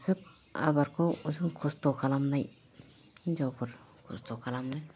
सोब आबारखौ सोब खस्थ' खालामनाय हिनजावफोर खस्थ' खालामो